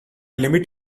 limit